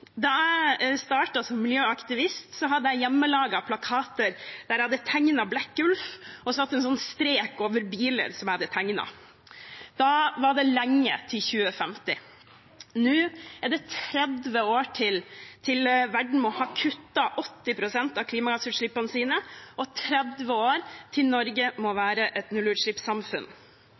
Da jeg startet som miljøaktivist, hadde jeg hjemmelagede plakater der jeg hadde tegnet Blekkulf og satt en strek over bilene jeg hadde tegnet. Da var det lenge til 2050! Det er 30 år til verden må ha kuttet 80 pst. av klimagassutslippene sine, og 30 år til Norge må være et nullutslippssamfunn.